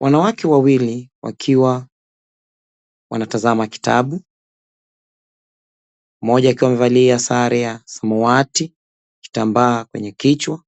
Wanawake wawili wakiwa wanatazama kitabu, mmoja akiwa amevalia sare ya samawati, kitambaa kwenye kichwa,